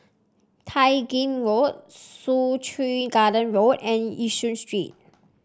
Tai Gin Road Soo Chow Garden Road and Yishun Street